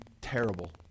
terrible